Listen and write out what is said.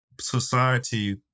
society